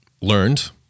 learned